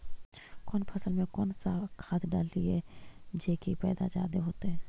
कौन फसल मे कौन सा खाध डलियय जे की पैदा जादे होतय?